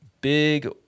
big